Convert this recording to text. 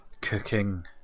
Cooking